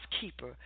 keeper